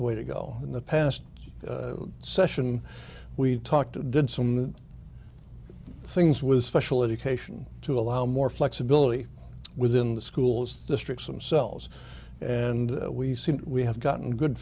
the way to go in the past session we've talked to did some things with special education to allow more flexibility within the schools districts themselves and we see we have gotten good